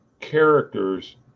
characters